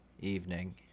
evening